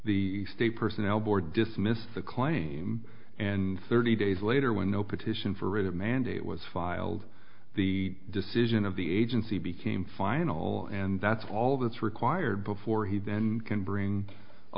the state personnel board dismissed the claim and thirty days later when no petition for writ of mandate was filed the decision of the agency became final and that's all that's required before he then can bring a